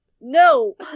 No